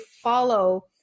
follow